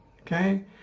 okay